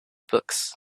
books